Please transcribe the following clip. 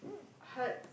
hard